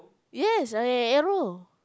yes arrow